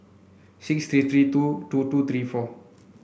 six three three two two two three four